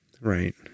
right